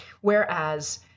Whereas